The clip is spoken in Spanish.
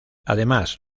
además